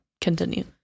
continue